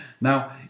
Now